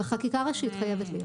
בחקירה ראשית חייבת להיות.